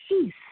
peace